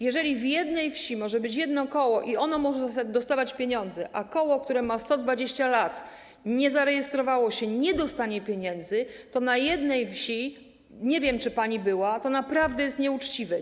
Jeżeli w jednej wsi może być jedno koło i może ono dostawać pieniądze, a koło, które działa 120 lat i nie zarejestrowało się, nie dostanie pieniędzy, w jednej wsi - nie wiem, czy pani była - to naprawdę jest to nieuczciwe.